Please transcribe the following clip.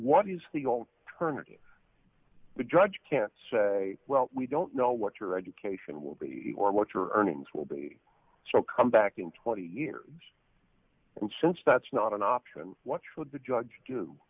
what is the old turn of the judge can't say well we don't know what your education will be or what your earnings will be so come back in twenty years since that's not an option what should the judge